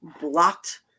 blocked